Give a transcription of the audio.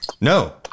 No